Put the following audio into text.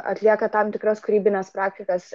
atlieka tam tikras kūrybines praktikas